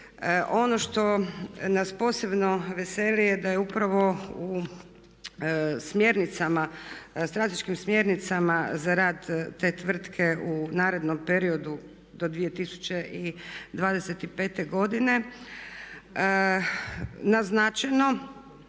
Ono što nas posebno veseli je da je upravo u smjernicama, strateškim smjernicama za rad te tvrtke u narednom periodu do 2025. godine naznačeno